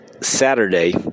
Saturday